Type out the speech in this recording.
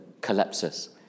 collapses